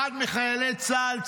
אחד מחיילי צה"ל,